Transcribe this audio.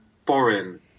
foreign